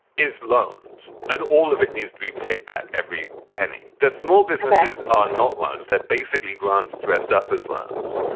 is loans and all of it needs to be paid back every penny. the small businesses are not loans that basically grants dressed up as loans.